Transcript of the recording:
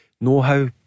know-how